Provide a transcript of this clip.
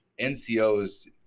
NCOs